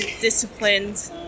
disciplined